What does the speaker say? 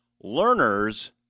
Learners